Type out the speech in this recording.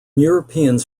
europeans